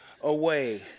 away